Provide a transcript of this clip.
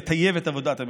לטייב את עבודת הממשלה.